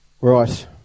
Right